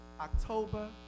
October